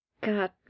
God